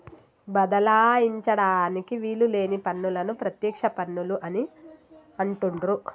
బదలాయించడానికి వీలు లేని పన్నులను ప్రత్యక్ష పన్నులు అని అంటుండ్రు